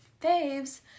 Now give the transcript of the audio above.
faves